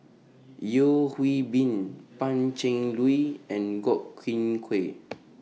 Yeo Hwee Bin Pan Cheng Lui and Godwin Koay